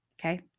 Okay